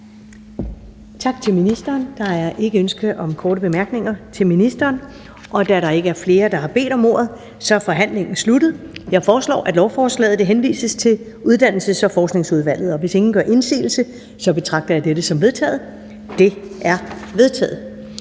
Tak til ministeren. Der er ikke ønske om korte bemærkninger til ministeren. Da der ikke er flere, der har bedt om ordet, er forhandlingen sluttet. Jeg foreslår, at lovforslaget henvises til Uddannelses- og Forskningsudvalget. Hvis ingen gør indsigelse, betragter jeg dette som vedtaget. Det er vedtaget.